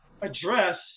address